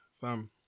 fam